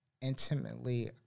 intimately